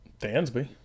Dansby